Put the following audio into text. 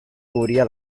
cubría